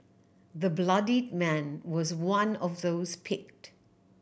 the bloodied man was one of those picked